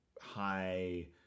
high